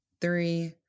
three